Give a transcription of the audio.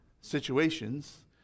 situations